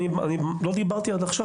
עד עכשיו לא דיברתי.